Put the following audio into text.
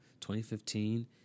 2015